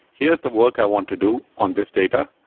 here's the work i want to do on this data.